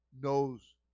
knows